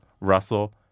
Russell